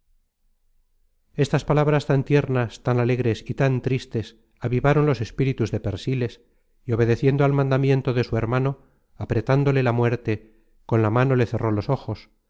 estas palabras tan tiernas tan alegres y tan tristes avivaron los espíritus de persíles y obedeciendo al mandamiento de su hermano apretándole la muerte con la mano le cerró los ojos